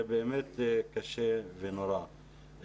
זה באמת קשה ונורא.